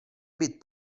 být